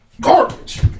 garbage